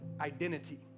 identity